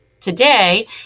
today